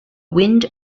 wind